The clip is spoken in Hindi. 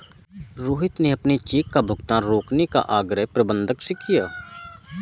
रोहित ने अपने चेक का भुगतान रोकने का आग्रह प्रबंधक से किया है